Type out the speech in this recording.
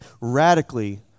radically